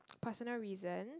personal reasons